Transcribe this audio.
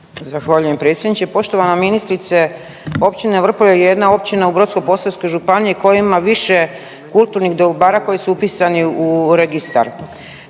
Zahvaljujem predsjedniče. Poštovana ministrice općina Vrpolje je jedna općina u Brodsko-posavskoj županiji koja ima više kulturnih dobara koji su upisani u registar,